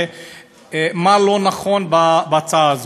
ומה לא נכון בהצעה הזו,